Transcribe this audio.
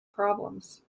problems